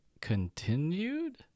continued